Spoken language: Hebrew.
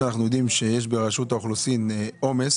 כשאנחנו יודעים שיש ברשות האוכלוסין עומס